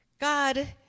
God